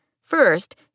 First